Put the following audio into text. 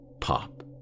Pop